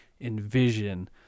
envision